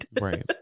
Right